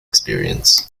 experience